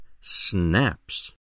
SNAPS